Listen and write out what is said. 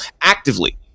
actively